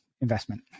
investment